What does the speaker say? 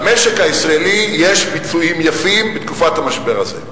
למשק הישראלי יש ביצועים יפים בתקופת המשבר הזה.